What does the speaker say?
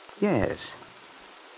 Yes